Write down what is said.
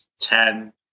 ten